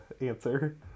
answer